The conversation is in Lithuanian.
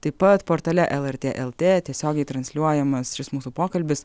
taip pat portale lrt lt tiesiogiai transliuojamas šis mūsų pokalbis